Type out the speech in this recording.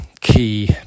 key